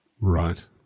Right